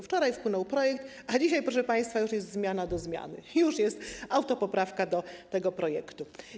Wczoraj wpłynął projekt, a dzisiaj, proszę państwa, już jest zmiana do zmiany, już jest autopoprawka do tego projektu.